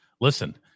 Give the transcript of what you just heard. listen –